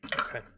Okay